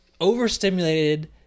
overstimulated